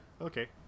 Okay